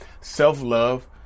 self-love